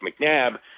McNabb